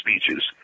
speeches